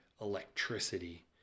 electricity